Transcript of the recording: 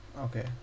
Okay